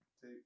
Two